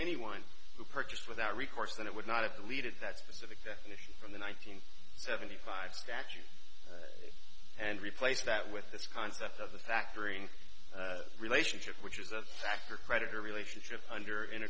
anyone who purchased without recourse than it would not have deleted that specific definition from the one nine hundred seventy five statute and replace that with this concept of the factoring relationship which is a factor creditor relationship under in